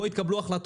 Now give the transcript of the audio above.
פה יתקבלו החלטות.